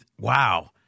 wow